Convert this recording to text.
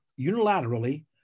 unilaterally